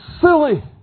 silly